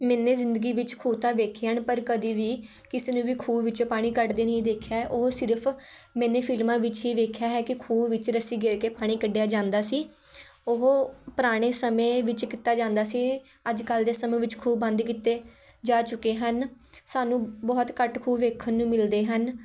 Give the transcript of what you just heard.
ਮੈਨੇ ਜ਼ਿੰਦਗੀ ਵਿੱਚ ਖੂਹ ਤਾਂ ਵੇਖੇ ਹਨ ਪਰ ਕਦੀ ਵੀ ਕਿਸੇ ਨੂੰ ਵੀ ਖੂਹ ਵਿੱਚੋਂ ਪਾਣੀ ਕੱਢਦੇ ਨਹੀਂ ਦੇਖਿਆ ਉਹ ਸਿਰਫ਼ ਮੈਨੇ ਫਿਲਮਾਂ ਵਿੱਚ ਹੀ ਵੇਖਿਆ ਹੈ ਕਿ ਖੂਹ ਵਿੱਚ ਰੱਸੀ ਗੇਰ ਕੇ ਪਾਣੀ ਕੱਢਿਆ ਜਾਂਦਾ ਸੀ ਉਹ ਪੁਰਾਣੇ ਸਮੇਂ ਵਿੱਚ ਕੀਤਾ ਜਾਂਦਾ ਸੀ ਅੱਜ ਕੱਲ੍ਹ ਦੇ ਸਮੇਂ ਵਿੱਚ ਖੂਹ ਬੰਦ ਕੀਤੇ ਜਾ ਚੁੱਕੇ ਹਨ ਸਾਨੂੰ ਬਹੁਤ ਘੱਟ ਖੂਹ ਵੇਖਣ ਨੂੰ ਮਿਲਦੇ ਹਨ